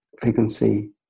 frequency